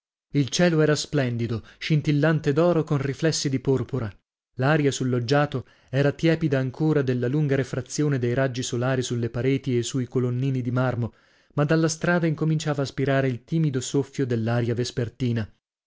il cielo era splendido scintillante d'oro con riflessi di porpora l'aria sul loggiato era tiepida ancora della lunga refrazione dei raggi solari sulle pareti e sui colonnini di marmo ma dalla strada incominciava a spirare il timido soffio dell'aria vespertina